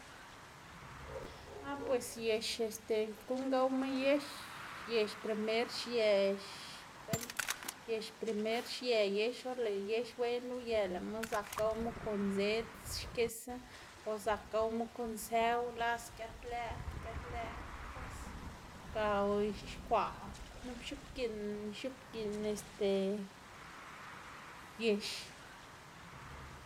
ah pues yex este, xkuꞌn gowma yex, yex primer xië bueno yex primer xië yex, or lëꞌ yex wenla uyë lëꞌma zak gowmu kon zëd, xkisa, o zak gowmu kon zëw las giat lë', giat lëꞌ pues, ga o ix̱uxkwaꞌ nup x̱ubgiꞌn, x̱ubgiꞌn este yex.